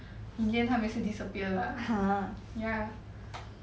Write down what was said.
in the end 他们也是 disappear lah ya